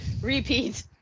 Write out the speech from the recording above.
repeat